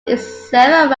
itself